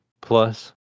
Plus